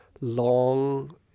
long